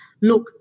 look